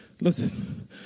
Listen